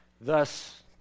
thus